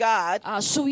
God